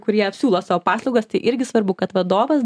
kurie siūlo savo paslaugas tai irgi svarbu kad vadovas